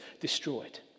destroyed